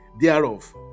thereof